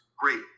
Great